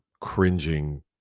cringing